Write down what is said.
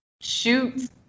shoot